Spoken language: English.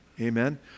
amen